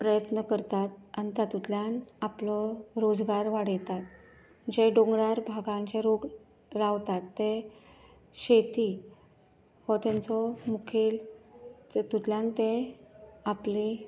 प्रयत्न करतात आनी तातूंतल्यान आपलो रोजगार वाडयतात जे दोंगरार भागांचेर लोक रावतात ते शेती हो तेंचो मुखेल तेतूतल्यान ते आपले